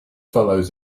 fellows